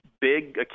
big